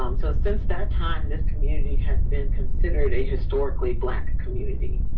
um so since that time, this community had been considered a historically black community.